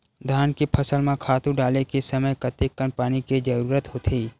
धान के फसल म खातु डाले के समय कतेकन पानी के जरूरत होथे?